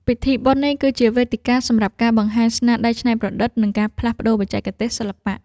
ពិធីបុណ្យនេះគឺជាវេទិកាសម្រាប់ការបង្ហាញស្នាដៃច្នៃប្រឌិត និងការផ្លាស់ប្តូរបច្ចេកទេសសិល្បៈ។